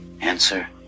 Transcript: Answer